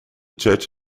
church